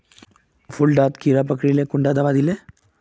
फुल डात कीड़ा पकरिले कुंडा दाबा दीले?